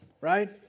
right